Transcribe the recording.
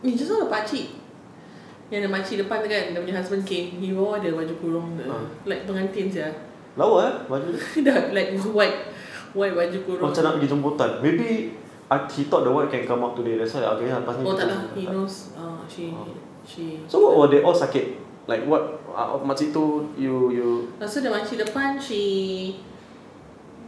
eh just now the pakcik yang the makcik depan itu kan dia punya husband came he wore the baju kurung the like pengantin sia dah like like white baju kurung oh tak lah he knows she she can't lepas itu the makcik depan she